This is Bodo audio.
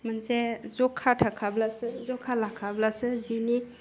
मोनसे जखा थाखाब्लासो जखा लाखाब्लासो जिनि